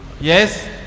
Yes